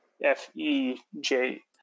F-E-J